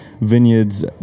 vineyards